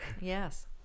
Yes